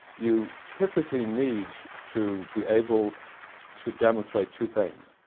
you typically need to be able to demonstrate two things.